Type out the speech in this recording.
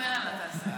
נו, יאללה, תעשה.